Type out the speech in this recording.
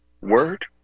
Word